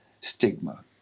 stigma